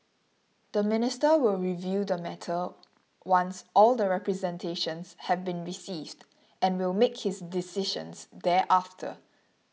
the minister will review the matter once all the representations have been received and will make his decisions thereafter